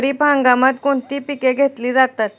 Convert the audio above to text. खरीप हंगामात कोणती पिके घेतली जातात?